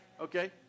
Okay